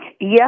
Yes